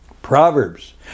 Proverbs